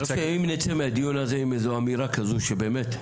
נצא מהדיון הזה עם איזו אמירה כזו שבאמת,